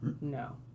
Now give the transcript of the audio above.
No